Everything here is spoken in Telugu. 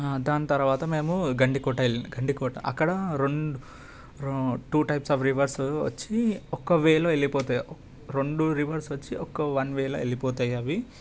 దాని తర్వాత మేము గండికోట వెళ్ళి గండికోట అక్కడ రొండు టూ టైప్స్ ఆఫ్ రివర్స్ వచ్చి ఒక్కవేలో వెళ్ళిపోతాయి రెండు రివర్స్ వచ్చి ఒక వన్ వేలో వెళ్ళిపోతాయి అవి